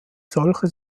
solche